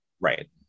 right